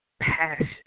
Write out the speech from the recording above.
passion